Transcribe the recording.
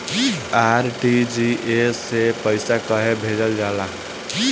RTGS से पइसा कहे भेजल जाला?